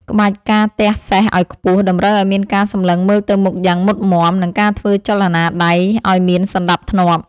ក្បាច់ ការទះសេះឱ្យខ្ពស់ តម្រូវឱ្យមានការសម្លឹងមើលទៅមុខយ៉ាងមុតមាំ និងការធ្វើចលនាដៃឱ្យមានសណ្ដាប់ធ្នាប់។